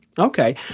Okay